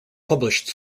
published